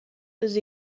was